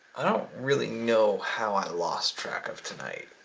i don't really know how i last track of tonight.